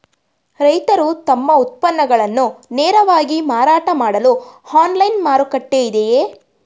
ರೈತರು ತಮ್ಮ ಉತ್ಪನ್ನಗಳನ್ನು ನೇರವಾಗಿ ಮಾರಾಟ ಮಾಡಲು ಆನ್ಲೈನ್ ಮಾರುಕಟ್ಟೆ ಇದೆಯೇ?